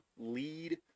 lead